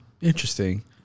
interesting